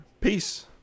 Peace